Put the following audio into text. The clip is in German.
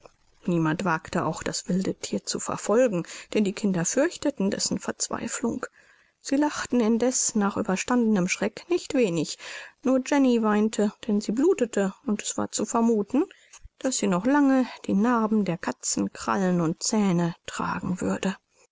niemand wagte auch das wilde thier zu verfolgen denn die kinder fürchteten dessen verzweiflung sie lachten indeß nach überstandenem schreck nicht wenig nur jenny weinte denn sie blutete und es war zu vermuthen daß sie noch lange die narben der katzenkrallen und zähne tragen würde